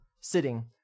sitting